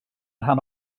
rhan